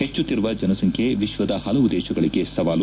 ಹೆಚ್ಚುತ್ತಿರುವ ಜನಸಂಖ್ಯೆ ವಿಶ್ವದ ಹಲವು ದೇಶಗಳಿಗೆ ಸವಾಲು